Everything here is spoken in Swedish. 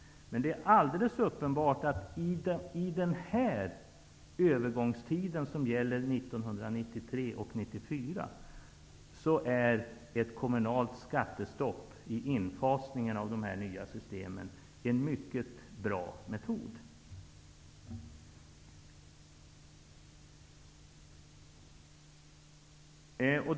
Under övergångstiden 1993 och 1994 är ett kommunalt skattestopp i infasningen av de nya systemen en mycket bra metod.